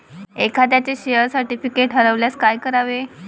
एखाद्याचे share certificate हरवल्यास काय करावे?